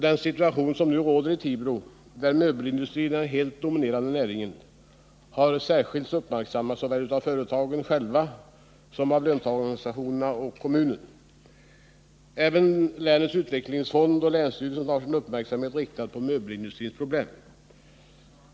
Den situation som nu råder i Tibro, där möbelindustrin är den helt dominerande näringen, har särskilt uppmärksammats såväl av företagen själva som av löntagarorganisationerna och kommunen. Även länets utvecklingsfond och länsstyrelsen har sin uppmärksamhet riktad på möbelindustrins problem.